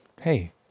Hey